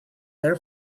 their